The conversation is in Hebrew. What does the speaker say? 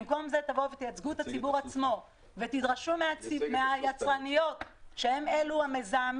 במקום זה תייצגו את הציבור עצמו ותדרשו מהחברות היצרניות שהן המזהמות,